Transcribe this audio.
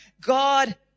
God